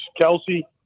Kelsey